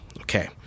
Okay